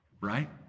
right